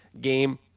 game